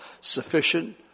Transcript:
Sufficient